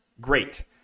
great